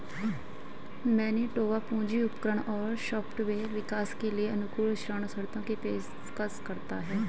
Manitoba पूंजी उपकरण और सॉफ्टवेयर विकास के लिए अनुकूल ऋण शर्तों की पेशकश करता है